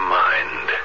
mind